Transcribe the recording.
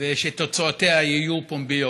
ושתוצאותיה יהיו פומביות,